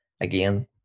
Again